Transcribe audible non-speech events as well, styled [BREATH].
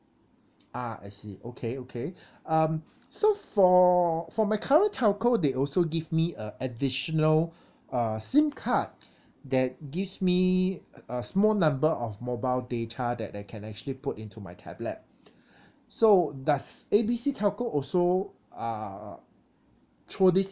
ah I see okay okay [BREATH] um so for for my current telco they also give me a additional uh sim card that gives me a small number of mobile data that I can actually put into my tablet [BREATH] so does A B C telco also uh throw this